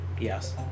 yes